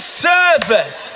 service